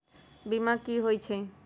बीमा कि होई छई?